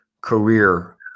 career